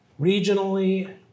regionally